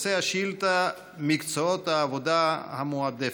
נושא השאילתה: מקצועות העבודה המועדפת.